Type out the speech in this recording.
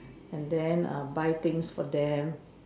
and then err buy things for them